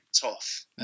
tough